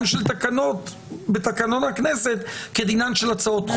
שדינן של תקנות בתקנון הכנסת כדינן של הצעות חוק.